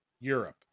Europe